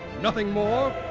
nothing more.